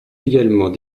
également